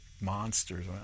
monsters